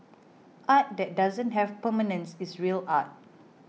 art that doesn't have permanence is real art